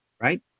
right